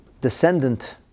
descendant